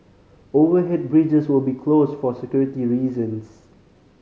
overhead bridges will be closed for security reasons